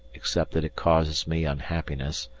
except that it causes me unhappiness,